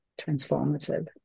transformative